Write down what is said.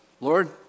Lord